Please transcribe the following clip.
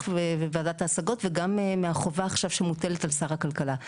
בוועדת ההשגות וגם מהחובה עכשיו שמוטלת על שר הכלכלה.